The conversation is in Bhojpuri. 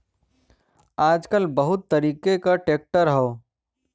आजकल बहुत तरीके क ट्रैक्टर हौ